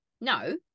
no